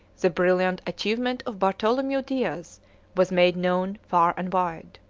the brilliant achievement of bartholomew diaz was made known far and wide.